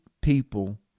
people